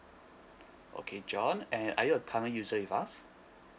okay john and are you a current user with us